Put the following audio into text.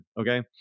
okay